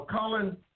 Colin